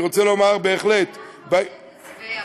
ואני